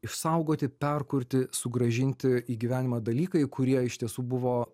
išsaugoti perkurti sugrąžinti į gyvenimą dalykai kurie iš tiesų buvo